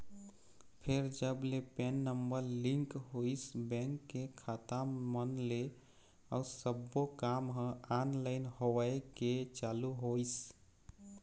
फेर जब ले पेन नंबर लिंक होइस बेंक के खाता मन ले अउ सब्बो काम ह ऑनलाइन होय के चालू होइस